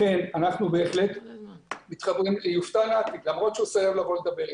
לכן אנחנו מתחברים למה שאמר נתי למרות הוא סירב לבוא ולדבר אתנו.